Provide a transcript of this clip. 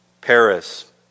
Paris